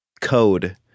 code